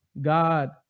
God